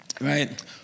right